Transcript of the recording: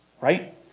right